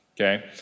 Okay